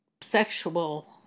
sexual